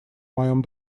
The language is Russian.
моем